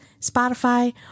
Spotify